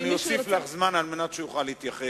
ואני אוסיף לך זמן על מנת שהוא יוכל להתייחס.